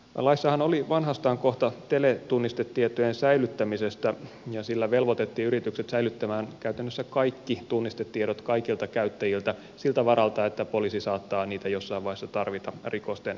laissahan oli vanhastaan kohta teletunnistetietojen säilyttämisestä ja sillä velvoitettiin yritykset säilyttämään käytännössä kaikki tunnistetiedot kaikilta käyttäjiltä siltä varalta että poliisi saattaa niitä jossain vaiheessa tarvita rikosten selvittämisessä